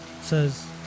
says